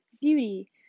beauty